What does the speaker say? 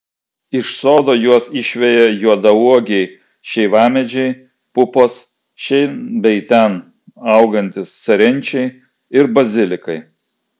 iš sodo juos išveja juodauogiai šeivamedžiai pupos šen bei ten augantys serenčiai ir bazilikai